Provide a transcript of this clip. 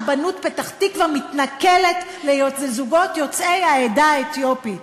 רבנות פתח-תקווה מתנכלת לזוגות יוצאי העדה האתיופית.